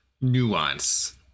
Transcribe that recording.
Nuance